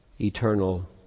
eternal